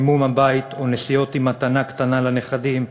חימום הבית או נסיעות עם מתנה קטנה לנכדים,